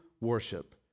worship